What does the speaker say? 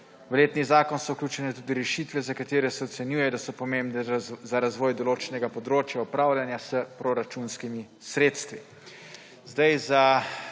V letni zakon so vključene tudi rešitve, za katere se ocenjuje, da so pomembne za razvoj določenega področja upravljanja s proračunskimi sredstvi.